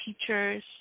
teachers